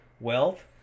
wealth